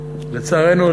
לצערנו,